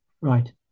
right